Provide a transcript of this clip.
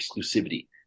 exclusivity